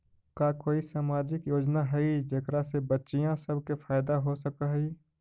का कोई सामाजिक योजना हई जेकरा से बच्चियाँ सब के फायदा हो सक हई?